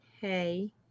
Hey